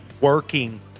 working